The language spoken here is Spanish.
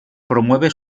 promueve